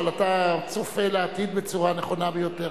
אבל אתה צופה לעתיד בצורה נכונה ביותר.